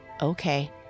Okay